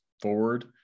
forward